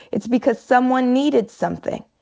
it's because someone needed something.